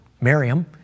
Miriam